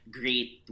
great